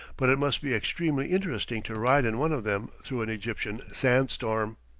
but it must be extremely interesting to ride in one of them through an egyptian sand-storm.